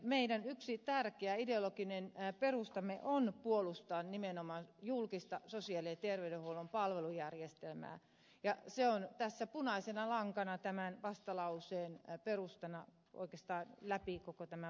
meidän yksi tärkeä ideologinen perustamme on puolustaa nimenomaan julkista sosiaali ja terveydenhuollon palvelujärjestelmää ja se on tässä punaisena lankana tämän vastalauseen perustana oikeastaan läpi koko tämän vastalauseen